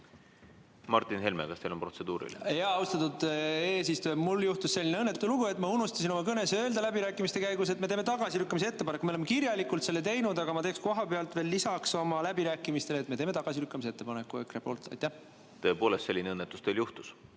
Martin Helme, kas teil on protseduuriline? Austatud eesistuja, mul juhtus selline õnnetu lugu, et ma unustasin oma kõnes öelda läbirääkimiste käigus, et me teeme tagasilükkamise ettepaneku. Me oleme kirjalikult selle teinud, aga ma ütlen kohapealt veel lisaks oma läbirääkimistele, et me teeme tagasilükkamise ettepaneku EKRE nimel. Austatud eesistuja, mul juhtus